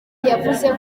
yavuze